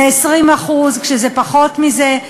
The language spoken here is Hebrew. ו-20% כשזה פחות מזה.